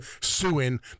suing